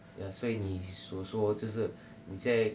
ya 所以你所说这是你现在